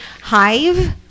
Hive